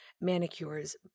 manicures